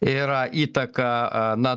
yra įtaka a na